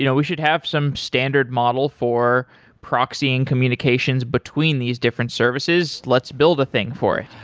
you know we should have some standard model for proxying communications between these different services. let's build a thing for it.